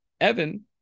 Evan